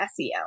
SEO